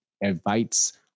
invites